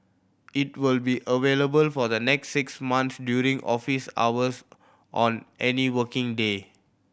it will be available for the next six months during office hours on any working day